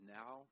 now